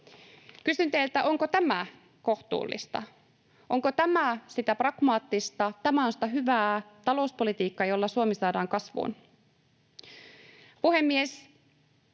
Kysyn teiltä: Onko tämä kohtuullista? Onko tämä sitä pragmaattista, hyvää talouspolitiikkaa, jolla Suomi saadaan kasvuun?